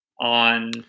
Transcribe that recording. on